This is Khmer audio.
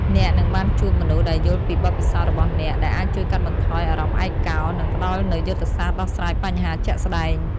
អ្នកនឹងបានជួបមនុស្សដែលយល់ពីបទពិសោធន៍របស់អ្នក ដែលអាចជួយកាត់បន្ថយអារម្មណ៍ឯកោ និងផ្តល់នូវយុទ្ធសាស្ត្រដោះស្រាយបញ្ហាជាក់ស្តែង។